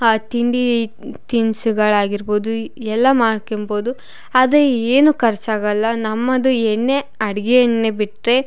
ತಿಂಡಿ ತಿನಿಸುಗಳಾಗಿರ್ಬೋದು ಎಲ್ಲ ಮಾಡ್ಕೊಂಬೋದು ಆದರೆ ಏನು ಖರ್ಚಾಗಲ್ಲ ನಮ್ಮದು ಎಣ್ಣೆ ಅಡಿಗೆ ಎಣ್ಣೆ ಬಿಟ್ಟರೆ